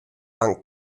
and